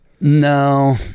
No